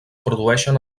produeixen